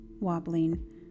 wobbling